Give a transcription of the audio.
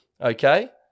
Okay